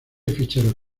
ficheros